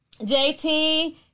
JT